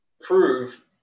prove